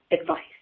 advice